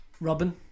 Robin